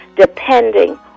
depending